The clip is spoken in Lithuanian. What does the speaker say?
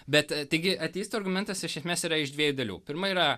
bet a taigi ateistų argumentas iš esmės yra iš dviejų dalių pirma yra